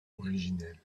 originelle